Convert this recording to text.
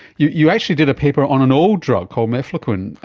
you you actually did a paper on an old drug called mefloquine.